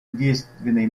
действенной